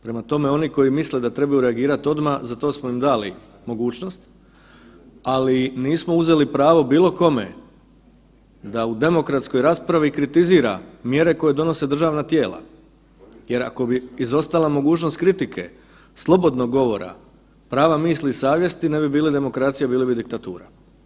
Prema tome, oni koji misle da trebaju reagirati odmah za to smo im dali mogućnost, ali nismo uzeli pravo bilo kome da u demokratskoj raspravi kritizira mjere koje donose državna tijela jer ako bi izostala mogućnost kritike, slobodnog govora, prava misli i savjesti ne bi bili demokracija bili bi diktatura.